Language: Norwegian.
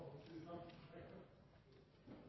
siste